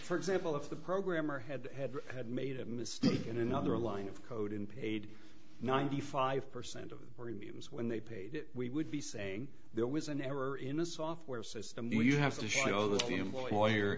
for example if the programmer had had had made a mistake in another line of code in paid ninety five percent of where he was when they paid we would be saying there was an error in a software system you have to show that the employer